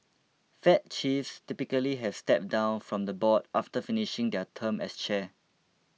fed chiefs typically have stepped down from the board after finishing their term as chair